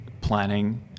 planning